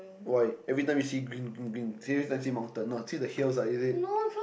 why everytime you see green green green see the mountains no see the hills is it